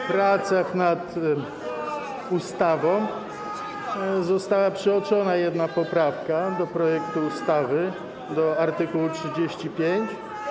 W pracach nad ustawą została przeoczona jedna poprawka do projektu ustawy, do art. 35.